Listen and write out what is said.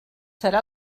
serà